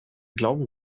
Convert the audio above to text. glauben